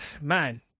man